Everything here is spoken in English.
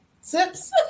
Sips